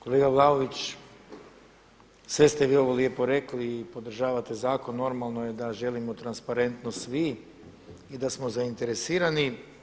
Kolega Vlaović, sve ste vi ovo lijepo rekli i podržavate zakon, normalno je da želimo transparentno svi i da smo zainteresirani.